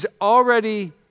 already